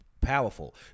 powerful